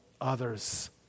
others